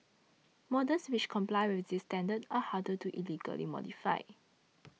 models which comply with this standard are harder to illegally modify